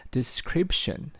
Description